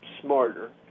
smarter